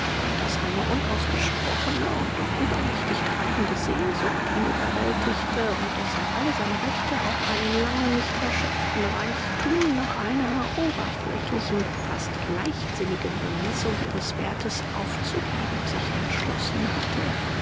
daß eine unausgesprochene und doch übermächtig treibende sehnsucht ihn überwältigte und daß er alle seine rechte auf einen lange nicht erschöpften reichtum nach einer oberflächlichen fast leichtsinnigen bemessung ihres wertes aufzugeben sich entschlossen hatte